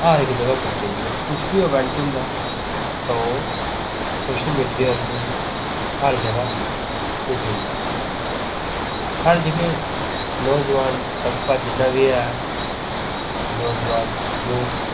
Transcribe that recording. हर जगह पुज्जी जंदी ऐ कुछ बी इवेंट होंदा ते ओह् सोशल मीडिया दे थ्रू हर जगह पुज्जी जंदा साढ़े जेह्के नौजुआन तबका जिन्ना बी ऐ नौजुआन यूथ